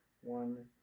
one